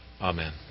Amen